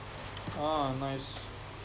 ah nice